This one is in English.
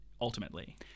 ultimately